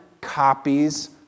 copies